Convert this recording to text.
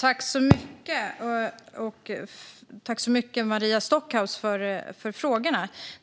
Fru talman! Tack så mycket för frågorna, Maria Stockhaus!